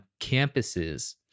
campuses